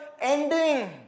ending